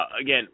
Again